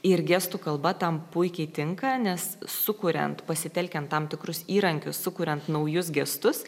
ir gestų kalba tam puikiai tinka nes sukuriant pasitelkiant tam tikrus įrankius sukuriant naujus gestus